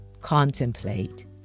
Contemplate